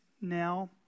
now